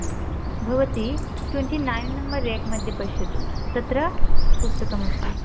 भवती twenty nine number rack मध्ये पश्यतु तत्र पुस्तकमस्ति